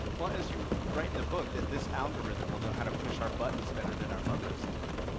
well, as you write in the book that this algorithm will know how to push our buttons better than our mothers do.